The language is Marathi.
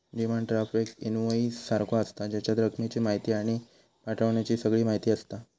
डिमांड ड्राफ्ट एक इन्वोईस सारखो आसता, जेच्यात रकमेची म्हायती आणि पाठवण्याची सगळी म्हायती आसता